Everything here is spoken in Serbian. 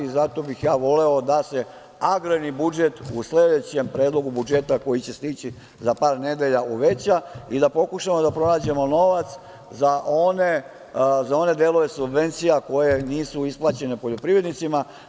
Zato bih ja voleo da se agrarni budžet u sledećem predlogu budžeta koji će stići za par nedelja uveća i da pokušamo da pronađemo novac za one delove subvencija koje nisu isplaćene poljoprivrednicima.